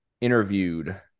interviewed